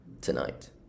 tonight